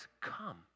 come